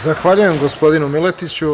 Zahvaljujem, gospodinu Miletiću.